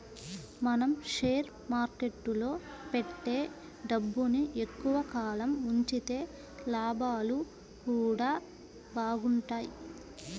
మనం షేర్ మార్కెట్టులో పెట్టే డబ్బుని ఎక్కువ కాలం ఉంచితే లాభాలు గూడా బాగుంటయ్